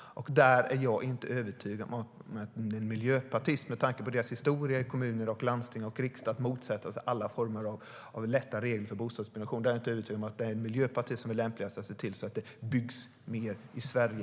Där är jag inte övertygad om att en miljöpartist, med tanke på Miljöpartiets historia i kommuner, landsting och riksdag att motsätta sig alla former av enklare regler för bostadsbyggande, är lämpligast att se till att det byggs mer i Sverige.